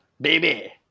baby